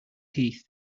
teeth